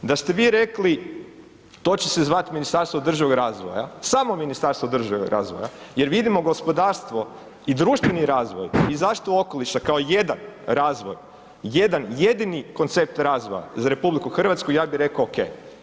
Da ste vi rekli, to će se zvati ministarstvo održivog razvoja, samo ministarstvo održivog razvoja, jer vidimo, gospodarstvo i društveni razvoj i zaštitu okoliša kao jedan razvoj, jedan jedini koncept razvoja za RH, ja bih rekao oke.